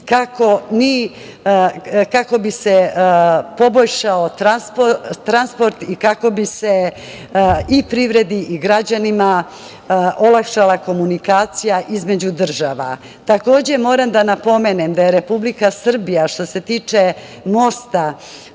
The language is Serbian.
kako bi se pobošljao transport i kako bi se i privredi građanima olakšala komunikacija između država. Takođe moram da napomenem da je Republika Srbija što se tiče mosta